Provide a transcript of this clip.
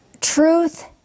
truth